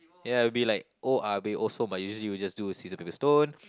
ya I'll be like oya-beh-ya-som but usually we'll just a scissors paper stone